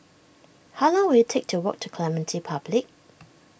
how long will it take to walk to Clementi Public